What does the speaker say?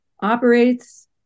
operates